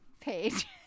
page